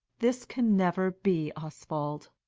this can never be, oswald!